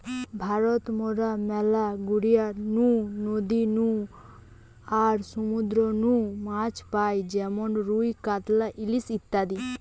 ভারত মরা ম্যালা গড়িয়ার নু, নদী নু আর সমুদ্র নু মাছ পাই যেমন রুই, কাতলা, ইলিশ ইত্যাদি